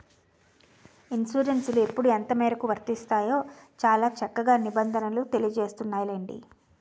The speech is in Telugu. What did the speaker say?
ఇన్సురెన్సులు ఎప్పుడు ఎంతమేరకు వర్తిస్తాయో చాలా చక్కగా నిబంధనలు తెలియజేస్తున్నాయిలెండి